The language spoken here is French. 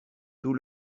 tout